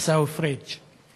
עיסאווי פריג'.